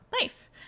life